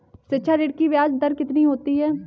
शिक्षा ऋण की ब्याज दर कितनी होती है?